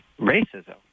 racism